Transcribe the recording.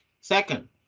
Second